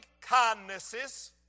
kindnesses